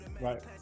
Right